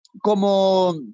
como